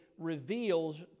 Reveals